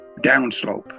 downslope